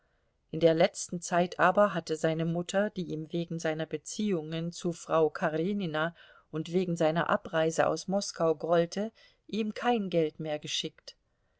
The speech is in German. in der letzten zeit aber hatte seine mutter die ihm wegen seiner beziehungen zu frau karenina und wegen seiner abreise aus moskau grollte ihm kein geld mehr geschickt